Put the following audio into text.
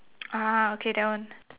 ah okay that one